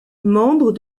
membre